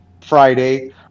Friday